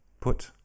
Put